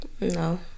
No